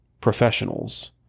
professionals